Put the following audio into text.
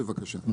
בבקשה,